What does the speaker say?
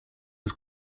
was